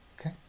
Okay